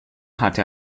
hatte